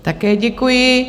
Také děkuji.